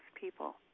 people